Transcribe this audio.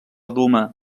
duma